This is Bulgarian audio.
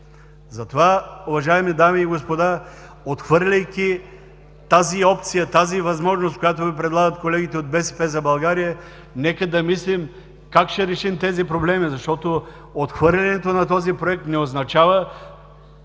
Затова, уважаеми дами и господа, отхвърляйки тази опция, тази възможност, която Ви предлагат колегите от „БСП за България“, нека да мислим как ще решим тези проблеми, защото отхвърлянето на този проект не означава